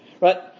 right